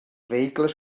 vehicles